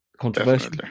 Controversial